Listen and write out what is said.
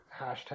Hashtag